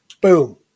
Boom